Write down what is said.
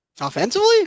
Offensively